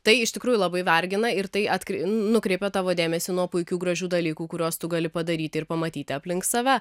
tai iš tikrųjų labai vargina ir tai at nukreipia tavo dėmesį nuo puikių gražių dalykų kuriuos tu gali padaryti ir pamatyti aplink save